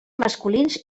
masculins